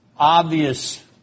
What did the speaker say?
obvious